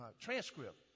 transcript